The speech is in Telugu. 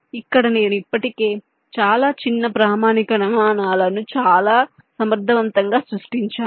ఇక్కడ నేను ఇప్పటికే చాలా చిన్న ప్రామాణిక నమూనాలను చాలా సమర్థవంతంగా సృష్టించాను